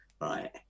right